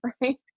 right